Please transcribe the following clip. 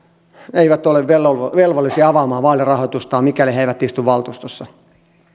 eivät ole velvollisia avaamaan vaalirahoitustaan mikäli he eivät istu valtuustossa